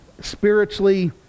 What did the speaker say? spiritually